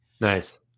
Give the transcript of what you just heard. Nice